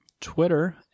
twitter